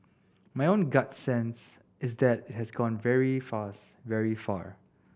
my own gut sense is that it has gone very fast very far